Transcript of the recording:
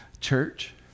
Church